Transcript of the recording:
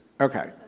Okay